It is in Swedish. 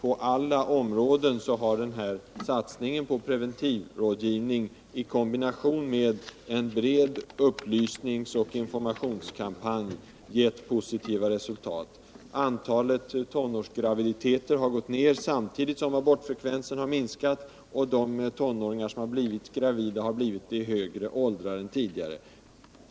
på alla områden har denna satsning på preventivrådgivning i kombination med en bred upplysningsoch informationskampanj gett positiva resultat. Antalet tonårsgraviditeter har gått ner, samtidigt som abortfrekvensen har minskat, och de tonåringar som blivit gravida, har blivit det i högre åldrar än tidigare.